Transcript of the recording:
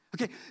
Okay